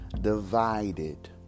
divided